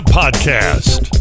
podcast